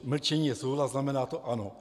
Mlčení je souhlas, znamená to ano.